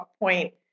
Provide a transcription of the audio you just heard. point